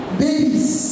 babies